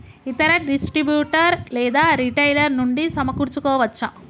ఇతర డిస్ట్రిబ్యూటర్ లేదా రిటైలర్ నుండి సమకూర్చుకోవచ్చా?